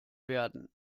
werden